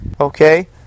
Okay